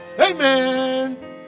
Amen